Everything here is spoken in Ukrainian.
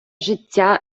життя